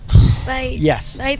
Yes